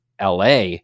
LA